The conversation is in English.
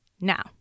Now